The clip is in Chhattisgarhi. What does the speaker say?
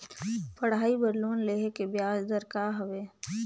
पढ़ाई बर लोन लेहे के ब्याज दर का हवे?